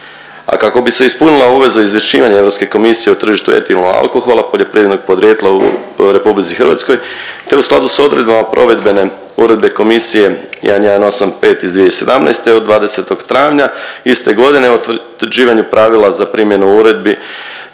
A kako bi se ispunila obveza izvješćivanja Europske komisije o tržištu etilnog alkohola poljoprivrednog podrijetla u Republici Hrvatskoj, te u skladu sa odredbama provedbene Uredbe Komisije 1185 iz 2017. od 20. travnja iste godine o utvrđivanju pravila za primjenu uredbi